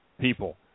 people